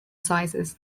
sizes